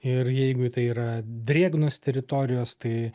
ir jeigu tai yra drėgnos teritorijos tai